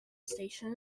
station